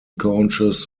conscious